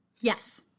Yes